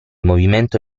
movimento